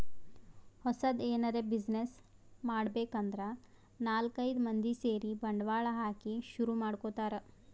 ಹೊಸದ್ ಎನರೆ ಬ್ಯುಸಿನೆಸ್ ಮಾಡ್ಬೇಕ್ ಅಂದ್ರ ನಾಲ್ಕ್ ಐದ್ ಮಂದಿ ಸೇರಿ ಬಂಡವಾಳ ಹಾಕಿ ಶುರು ಮಾಡ್ಕೊತಾರ್